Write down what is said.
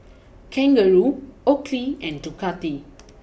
Kangaroo Oakley and Ducati